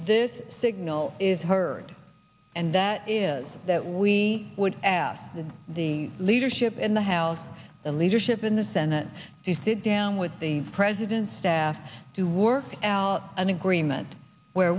this signal is heard and that is that we would ask the the leadership in the house the leadership in the senate to sit down with the president's staff to work out an agreement where